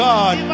God